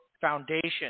Foundation